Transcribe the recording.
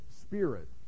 spirit